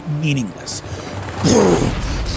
meaningless